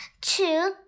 two